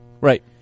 Right